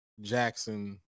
Jackson